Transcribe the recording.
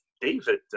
david